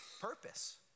purpose